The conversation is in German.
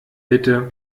bitte